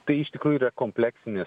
tai iš tikrųjų yra kompleksinės